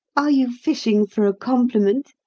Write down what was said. are you fishing for a compliment?